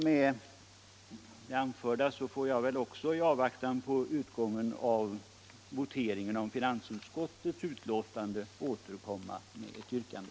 Med det anförda får också jag i avvaktan på utgången av voteringen om finansutskottets betänkande återkomma med ett yrkande.